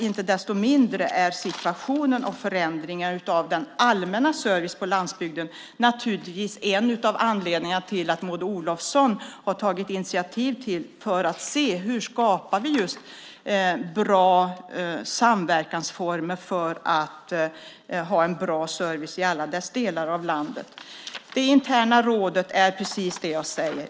Inte desto mindre är situationen och förändringen av den allmänna servicen på landsbygden en av anledningarna till att Maud Olofsson har tagit initiativ för att se hur vi kan skapa bra samverkansformer för att ha en bra service i alla delar av landet. Det interna rådet är precis det jag säger.